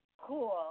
cool